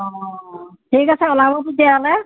অঁ ঠিক আছে ওলাব তেতিয়াহ'লে